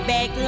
Back